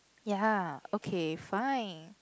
ya okay fine